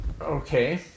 Okay